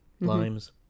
limes